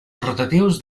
rotatius